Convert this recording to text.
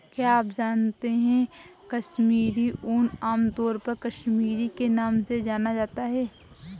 क्या आप जानते है कश्मीरी ऊन, आमतौर पर कश्मीरी के नाम से जाना जाता है?